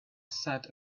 sat